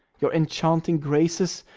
your enchanting graces,